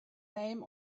name